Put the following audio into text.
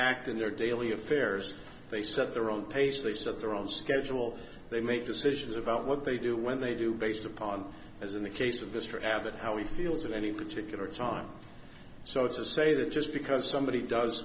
act in their daily affairs they set their own pace they set their own schedule they make decisions about what they do when they do based upon as in the case of mr abbott how he feels at any particular time so it's a say that just because somebody does